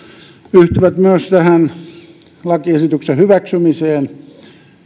yhtyvät myös tämän lakiesityksen hyväksymiseen ja